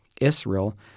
Israel